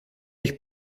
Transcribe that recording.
ich